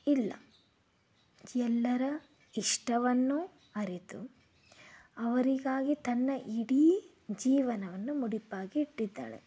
ಇಲ್ಲ ಎಲ್ಲರ ಇಷ್ಟವನ್ನು ಅರಿತು ಅವರಿಗಾಗಿ ತನ್ನ ಇಡೀ ಜೀವನವನ್ನು ಮುಡಿಪಾಗಿ ಇಟ್ಟಿದ್ದಾಳೆ